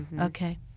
okay